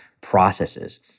processes